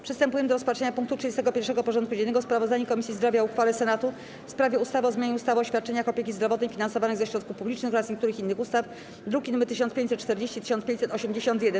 Przystępujemy do rozpatrzenia punktu 31. porządku dziennego: Sprawozdanie Komisji Zdrowia o uchwale Senatu w sprawie ustawy o zmianie ustawy o świadczeniach opieki zdrowotnej finansowanych ze środków publicznych oraz niektórych innych ustaw (druki nr 1540 i 1581)